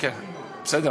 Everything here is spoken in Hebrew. אתה מדבר